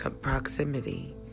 proximity